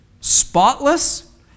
spotless